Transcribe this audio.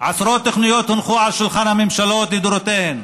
עשרות תוכניות הונחו על שולחן הממשלות לדורותיהן,